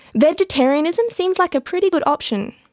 vegetarianism seems like a pretty good option.